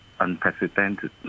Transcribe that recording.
unprecedented